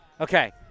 Okay